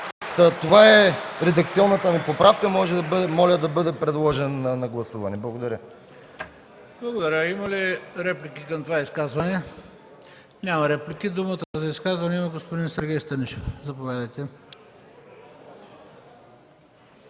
Това е редакционната ми поправка. Моля, да бъде подложена на гласуване. Благодаря. ПРЕДСЕДАТЕЛ ХРИСТО БИСЕРОВ: Благодаря. Има ли реплики към това изказване? Няма реплики. Думата за изказване има господин Сергей Станишев – заповядайте.